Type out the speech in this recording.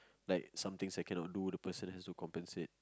like something second on loo the person have to compensate